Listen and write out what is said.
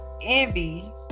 envy